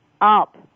up